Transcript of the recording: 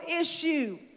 issue